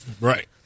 Right